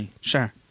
Sure